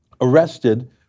arrested